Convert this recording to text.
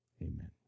Amen